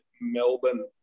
melbourne